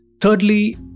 thirdly